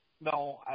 no